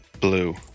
Blue